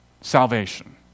Salvation